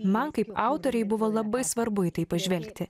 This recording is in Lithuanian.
man kaip autorei buvo labai svarbu į tai pažvelgti